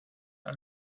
are